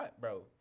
Bro